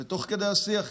תוך כדי השיח,